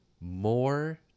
more